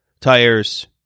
tires